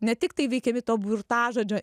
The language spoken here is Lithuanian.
ne tiktai veikiami to burtažodžio